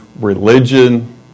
religion